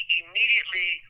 immediately